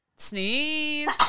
Sneeze